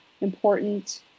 important